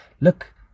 look